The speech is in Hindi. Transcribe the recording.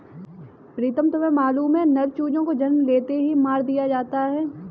प्रीतम तुम्हें मालूम है नर चूजों को जन्म लेते ही मार दिया जाता है